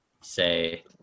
say